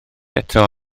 eto